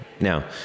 Now